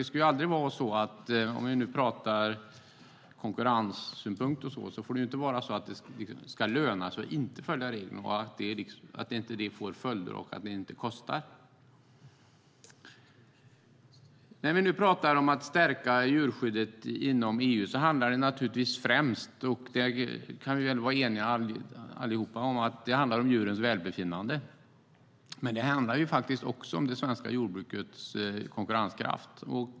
Om vi ser det från konkurrenssynpunkt får det inte vara så att det ska löna sig att inte följa reglerna, att det inte får följder och att det inte kostar. Att stärka djurskyddet inom EU handlar om djurens välbefinnande - det kan vi säkert alla vara eniga om. Men det handlar också om det svenska jordbrukets konkurrenskraft.